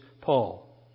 Paul